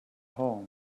hall